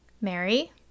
Mary